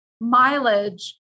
mileage